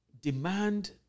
demand